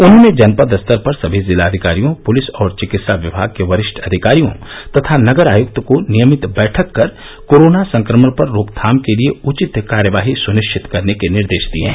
उन्होंने जनपद स्तर पर सभी जिलाधिकारियों पुलिस और विकित्सा विभाग के वरिष्ठ अधिकारियों तथा नगर आयुक्त को नियमित बैठक कर कोरोना संक्रमण पर रोकथाम के लिए उचित कार्यवाही सुनिश्चित करने के निर्देश दिए हैं